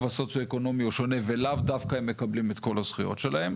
הסוציואקונומי הוא שונה ולאו דווקא הם מקבלים את כל הזכויות שלהם.